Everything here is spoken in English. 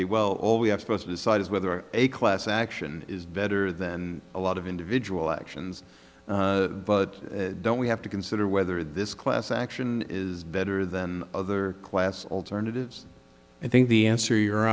be well all we have supposed to decide is whether a class action is better than a lot of individual actions but don't we have to consider whether this class action is better than other class alternatives i think the answer your